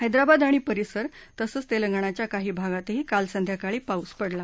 हैद्राबाद आणि परिसर तसंच तेलंगणाच्या काही भागातही काल संध्याकाळी पाऊस पडला